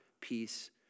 peace